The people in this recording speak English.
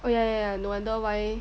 oh yeah ya ya no wonder why